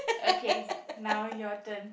okay now your turn